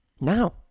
now